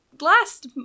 last